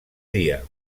dia